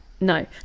no